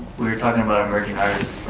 we were talking about emerging artists,